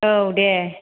औ दे